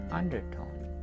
undertone